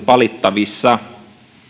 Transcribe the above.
valittavissa